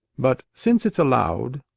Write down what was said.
but since it's allowed,